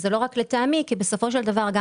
וזה לא רק לטעמי כי בסופו של דבר גם